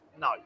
no